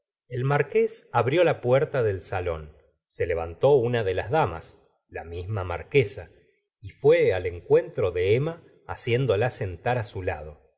el marqués abrió la puerta del salón se levantó una de las damas la misma marquesa y fué al encuentro de emma haciéndola sentar su lado